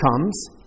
comes